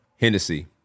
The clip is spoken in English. Hennessy